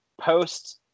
post